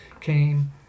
came